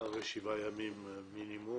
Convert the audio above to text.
אחרי שבעה ימים מינימום.